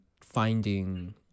finding